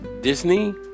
Disney